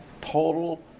Total